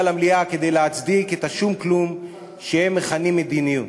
המליאה כדי להצדיק את השום-כלום שהם מכנים מדיניות.